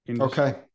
Okay